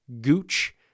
Gooch